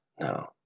No